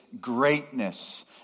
greatness